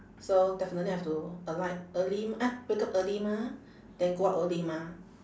so definitely I have to alight early uh wake up early mah then go out early mah